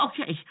Okay